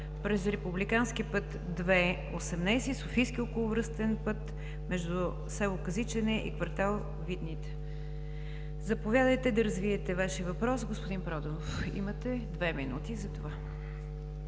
през републикански път ІІ – 18 Софийски околовръстен път между с. Казичане и кв. Видните. Заповядайте да развиете Вашия въпрос, господин Проданов – имате две минути за това.